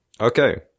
Okay